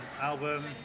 album